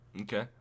okay